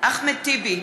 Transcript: אחמד טיבי,